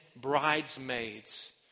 bridesmaids